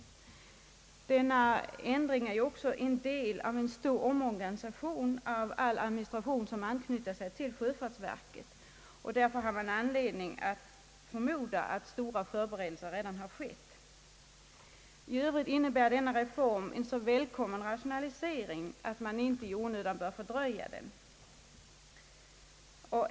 Denna ändring är också en del av en stor omorganisation av all administration som anknyter till sjöfartsverket. Därför har man anledning förmoda att stora förberedelser redan har gjorts. I övrigt innebär denna reform en så välkommen rationalisering att man inte i onödan bör fördröja den.